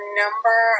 number